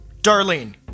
Darlene